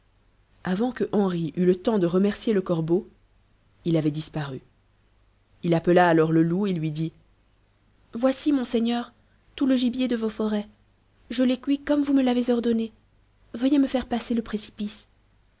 avant que henri eût le temps de remercier le corbeau il avait disparu il appela alors le loup et lui dit voici monseigneur tout le gibier de vos forêts je l'ai cuit comme vous me l'avez ordonné veuillez me faire passer le précipice